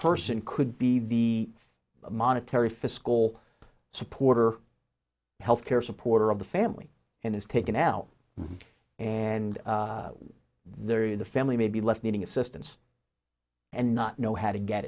person could be the monetary fiscal supporter health care supporter of the family and is taken out and there in the family maybe less needing assistance and not know how to get